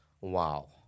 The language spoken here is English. Wow